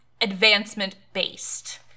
advancement-based